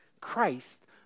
Christ